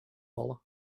vallen